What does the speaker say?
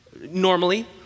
normally